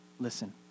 listen